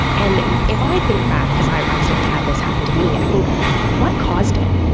and if i think back, because i've i've certainly had this happened to me, i think what caused it?